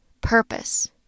purpose